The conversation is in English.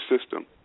system